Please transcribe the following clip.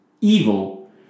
Evil